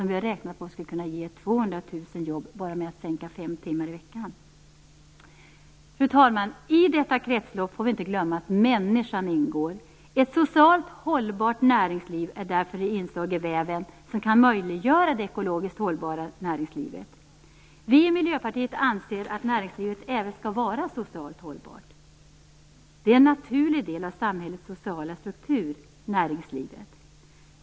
Vi har räknat med att den kan ge 200 000 jobb bara genom att arbetstiden sänks med fem timmar i veckan. Fru talman! Vi får inte glömma att människan ingår i detta kretslopp. Ett socialt hållbart näringsliv är därför det inslag i väven som kan möjliggöra det ekologiskt hållbara näringslivet. Vi i Miljöpartiet anser att näringslivet även skall vara socialt hållbart. Näringslivet är en naturlig del av samhällets sociala struktur.